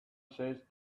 seized